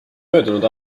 möödunud